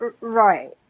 Right